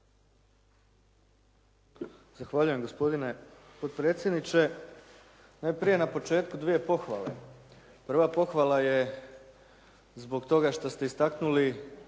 Zahvaljujem gospodine potpredsjedniče. Najprije na početku dvije pohvale. Prva pohvala je zbog toga što ste istaknuli